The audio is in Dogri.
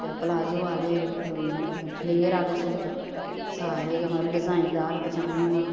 ते प्लाजो आह्ले फलेयर आह्ले सूट सारे गै मतलब डिजाइनदार पजामियां